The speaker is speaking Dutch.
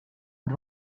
het